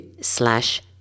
slash